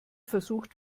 versucht